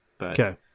Okay